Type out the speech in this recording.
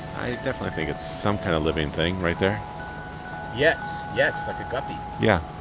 i definitely think it's some kind of living thing right there yes. yes. like a guppie yeah